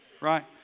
right